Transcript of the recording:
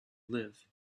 live